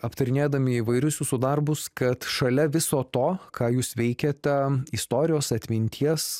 aptarinėdami įvairius jūsų darbus kad šalia viso to ką jūs veikiate istorijos atminties